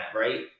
right